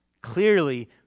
clearly